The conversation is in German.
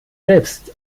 selbst